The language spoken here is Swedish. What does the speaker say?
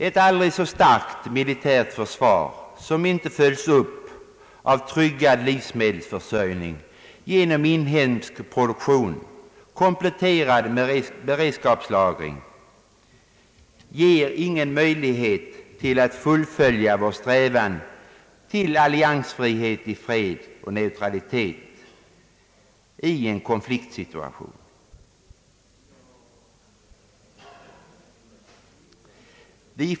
Ett aldrig så starkt militärt försvar, som inte följs upp av en tryggad livsmedelsförsörjning genom inhemsk produktion kompletterad med beredskapslagring, ger ingen möjlighet att fullfölja vår strävan till alliansfrihet i fred och neutralitet i en konfliktsituation.